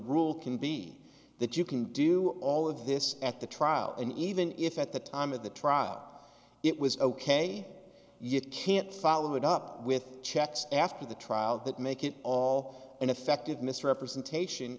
rule can be that you can do all of this at the trial and even if at the time of the trial it was ok you can't follow it up with checks after the trial that make it all ineffective misrepresentation